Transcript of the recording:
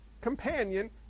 companion